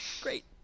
Great